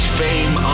fame